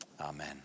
Amen